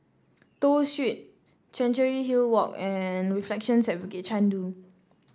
Toh Street Chancery Hill Walk and Reflections at Bukit Chandu